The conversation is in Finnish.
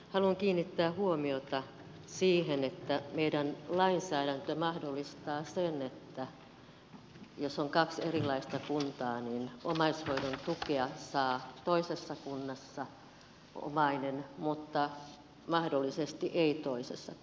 haluan kiinnittää huomiota siihen että meidän lainsäädäntö mahdollistaa sen että jos on kaksi erilaista kuntaa niin omainen saa omaishoidon tukea toisessa kunnassa mutta mahdollisesti ei toisessa kunnassa